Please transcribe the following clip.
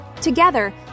Together